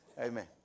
Amen